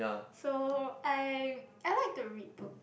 so I I like to read book